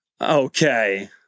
okay